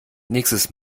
nächstes